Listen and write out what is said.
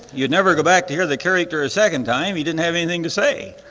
you'd never go back to hear the character a second time, he didn't have anything to say.